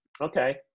Okay